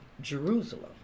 Jerusalem